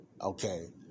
Okay